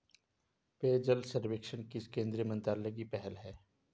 पेयजल सर्वेक्षण किस केंद्रीय मंत्रालय की पहल है?